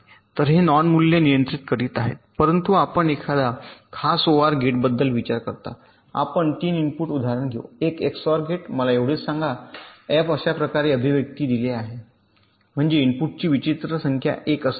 तर हे नॉन मूल्ये नियंत्रित करीत आहे परंतु आपण एक खास ओआर गेटबद्दल विचार करता आपण एक 3 इनपुट उदाहरण घेऊ 1 एक्सओआर गेट मला एवढेच सांगा f अशाप्रकारच्या अभिव्यक्तीद्वारे दिले आहे म्हणजे इनपुटची विचित्र संख्या 1 असावे